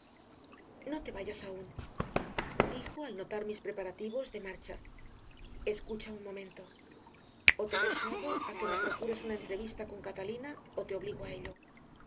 no te vayas aún dijo al notar mis preparativos de marcha escucha un momento o te persuado a que me procures una entrevista con catalina o te obligo a ello